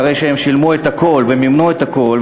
אחרי שהם שילמו את הכול ומימנו את הכול,